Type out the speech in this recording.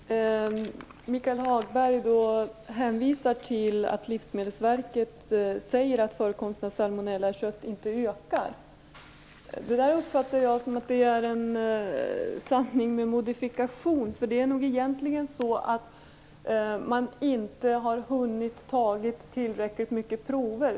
Fru talman! Michael Hagberg hänvisar till att Livsmedelsverket säger att förekomsten av salmonella i kött inte ökar. Det uppfattar jag som en sanning med modifikation. Det är nog egentligen så att man inte har hunnit ta tillräckligt mycket prover.